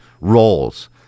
roles